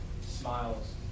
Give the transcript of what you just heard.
smiles